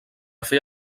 fer